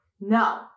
no